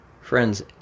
Friends